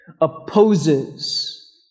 opposes